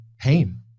pain